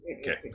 Okay